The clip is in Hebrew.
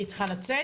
כי היא צריכה לצאת,